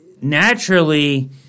naturally